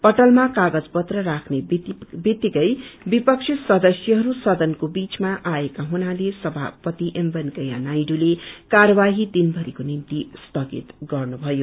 पटलमा कागज पत्र राख्ने वित्तिकै विपक्षी सदस्यहरू सदनको बीचमा आएका हुनाले सभापति एमवेकैंया नायडूले कार्यवाही दिनभरिको निम्ति स्थगित गर्नभयो